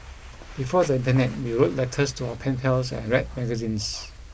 before the internet we wrote letters to our pen pals and red magazines